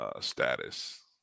status